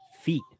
feet